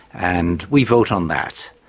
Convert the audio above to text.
and we vote on that,